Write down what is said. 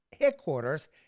headquarters